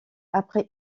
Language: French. après